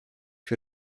für